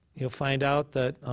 you'll find out that,